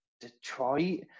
Detroit